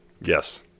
Yes